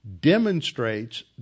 demonstrates